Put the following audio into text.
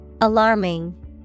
Alarming